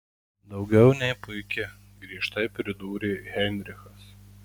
daugiau nei puiki griežtai pridūrė heinrichas